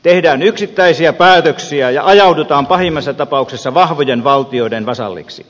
tehdään yksittäisiä päätöksiä ja ajaudutaan pahimmassa tapauksessa vahvojen valtioiden vasalliksi